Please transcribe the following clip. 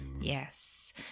yes